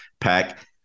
pack